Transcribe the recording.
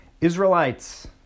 Israelites